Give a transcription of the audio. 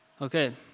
Okay